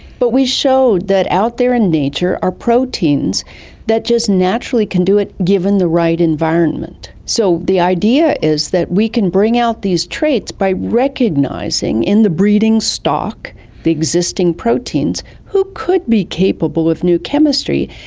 but we showed that out there in nature are proteins that just naturally can do it, given the right environment. so the idea is that we can bring out these traits by recognising in the breeding stock the existing proteins who could be capable of new chemistry,